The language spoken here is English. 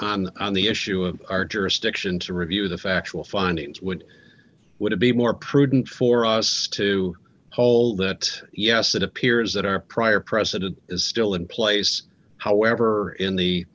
do on the issue of our jurisdiction to review the factual findings would would be more prudent for us to hold that yes it appears that our prior precedent is still in place however in the